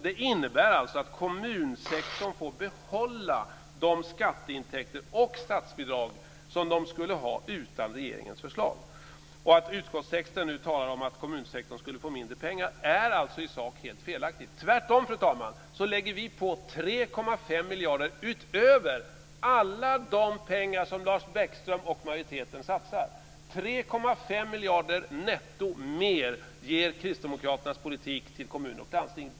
Det innebär alltså att kommunsektorn får behålla de skatteintäkter och statsbidrag som de skulle ha utan regeringens förslag. När utskottstexten nu talar om att kommunsektorn skulle få mindre med pengar är det alltså i sak helt felaktigt. Tvärtom, fru talman, lägger vi på 3,5 miljarder kronor utöver alla de pengar som Lars Bäckström och majoriteten satsar. 3,5 miljarder kronor mer netto till kommunerna och landstingen ger kristdemokraternas politik.